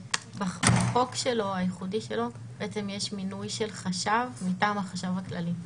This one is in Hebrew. בחוק שלו הייחודי יש מינוי של חשב מטעם החשב הכללי.